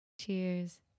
Cheers